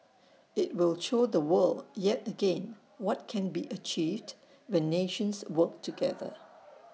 IT will show the world yet again what can be achieved when nations work together